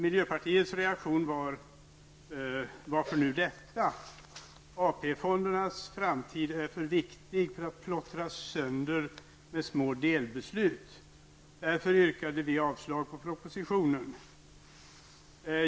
Miljöpartiets reaktion var: Varför nu detta? AP-fondernas framtid är för viktig för att plottras sönder med små delbeslut. Därför yrkar vi avslag på propositionen.